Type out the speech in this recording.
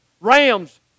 ram's